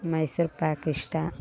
ಮೈಸೂರು ಪಾಕ್ ಇಷ್ಟ